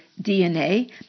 DNA